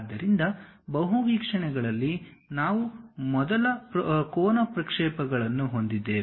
ಆದ್ದರಿಂದ ಬಹು ವೀಕ್ಷಣೆಗಳಲ್ಲಿ ನಾವು ಮೊದಲ ಕೋನ ಪ್ರಕ್ಷೇಪಗಳನ್ನು ಹೊಂದಿದ್ದೇವೆ